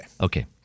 Okay